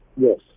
Yes